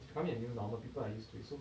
becoming a new normal people are used to it so